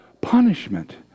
punishment